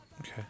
Okay